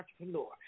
entrepreneur